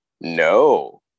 No